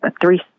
three